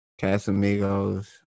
Casamigos